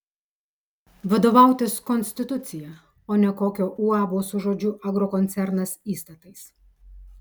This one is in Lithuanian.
vadovautis konstitucija o ne kokio uabo su žodžiu agrokoncernas įstatais